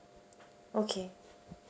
okay